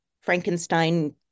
frankenstein